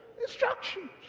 instructions